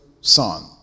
son